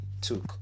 took